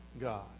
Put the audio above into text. God